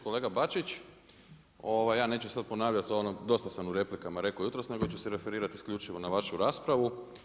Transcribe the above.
Kolega Bačić, ja neću sada ponavljam ono dosta sam u replikama rekao jutros nego ću se referirati isključivo na vašu raspravu.